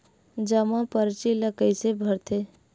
जमा परची ल कइसे भरथे?